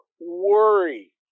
worry